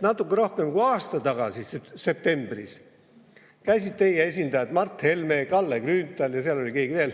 Natuke rohkem kui aasta tagasi, [mullu] septembris käisid teie esindajad Mart Helme, Kalle Grünthal, ja seal oli keegi veel,